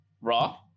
Raw